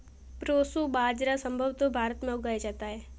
proso बाजरा संभवत भारत में उगाया जाता है